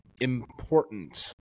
important